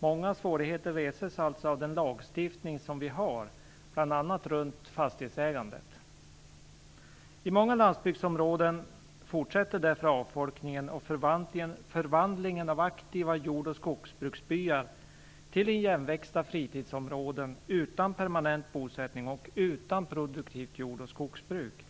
Många svårigheter reses av den lagstiftning vi har, bl.a. omkring fastighetsägandet. I många landsbygdsområden fortsätter därför avfolkningen och förvandlingen av aktiva jord och skogsbruksbyar till igenväxta fritidsområden utan permanent bosättning och utan produktivt jord och skogsbruk.